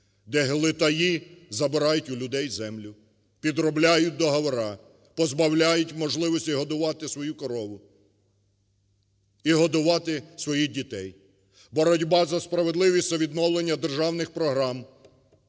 де глитаї забирають у людей землю, підробляють договори, позбавляють можливості годувати свою корову і годувати своїх дітей. Боротьба за справедливість – це відновлення державних програм,